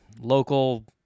local